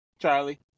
charlie